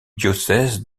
diocèse